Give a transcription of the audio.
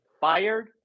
fired